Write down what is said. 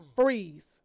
Freeze